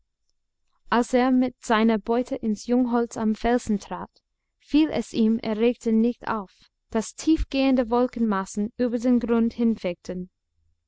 als er mit seiner beute ins jungholz am felsen trat fiel es dem erregten nicht auf daß tiefgehende wolkenmassen über den grund